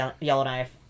Yellowknife